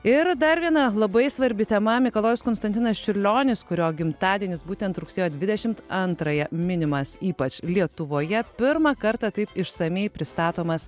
ir dar viena labai svarbi tema mikalojus konstantinas čiurlionis kurio gimtadienis būtent rugsėjo dvidešimt antrąją minimas ypač lietuvoje pirmą kartą taip išsamiai pristatomas